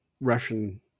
Russian